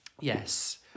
Yes